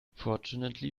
fortunately